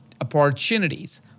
opportunities